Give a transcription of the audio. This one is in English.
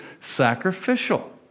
sacrificial